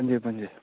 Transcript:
ꯄꯨꯟꯁꯦ ꯄꯨꯟꯁꯦ